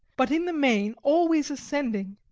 but in the main always ascending.